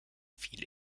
fiel